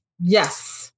Yes